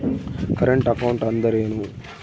Current account ಅಂದರೇನು?